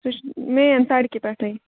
سُہ چھُ مین سَڑکہِ پیٚٹھٕے